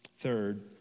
Third